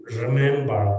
remember